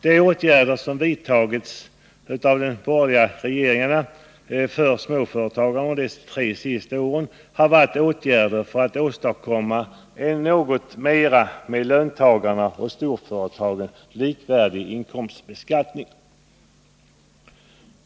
De åtgärder som vidtagits av de borgerliga regeringarna för småföretagarna under de tre senaste åren har syftat till att åstadkomma en inkomstbeskattning som är något mera likvärdig med löntagarnas och storföretagens.